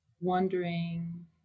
wondering